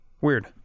Weird